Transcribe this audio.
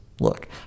Look